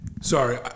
Sorry